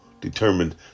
determined